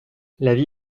l’avis